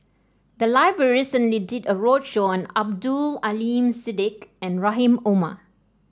the library recently did a roadshow on Abdul Aleem Siddique and Rahim Omar